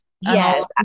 Yes